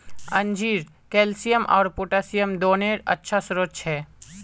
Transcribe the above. अंजीर कैल्शियम आर पोटेशियम दोनोंरे अच्छा स्रोत छे